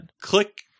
Click